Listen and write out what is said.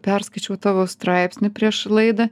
perskaičiau tavo straipsnį prieš laidą